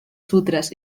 sutras